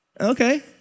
Okay